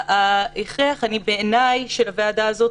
ההכרח בעיניי של הוועדה הזאת,